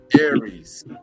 Aries